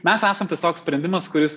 mes esam tiesiog sprendimas kuris